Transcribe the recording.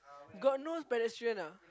got no pedestrian ah